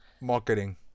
marketing